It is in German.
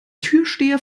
türsteher